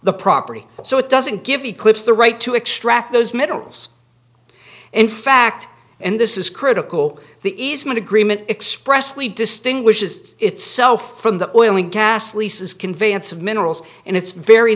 the property so it doesn't give eclipse the right to extract those metals in fact and this is critical the easement agreement expressly distinguishes itself from the oil and gas leases conveyance of minerals and its very